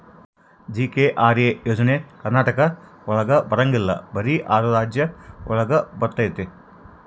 GKRA ಯೋಜನೆ ಕರ್ನಾಟಕ ಒಳಗ ಬರಂಗಿಲ್ಲ ಬರೀ ಆರು ರಾಜ್ಯ ಒಳಗ ಬರ್ತಾತಿ